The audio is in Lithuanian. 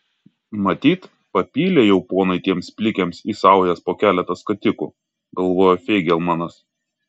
matyt papylė jau ponai tiems plikiams į saujas po keletą skatikų galvojo feigelmanas